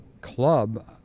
club